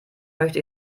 möchte